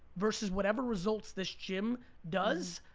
versus whatever results this gym does,